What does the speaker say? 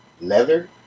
leather